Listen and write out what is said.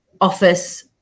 office